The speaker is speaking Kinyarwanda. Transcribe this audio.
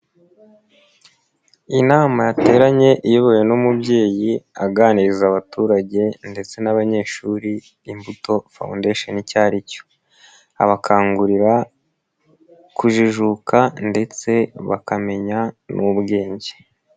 Inama yateranye iyobowe n'umubyeyi aganiriza abaturage ndetse n'abanyeshuri Imbuto foundation icyo ari cyo, abakangurira kujijuka ndetse bakamenya n'ubwenge.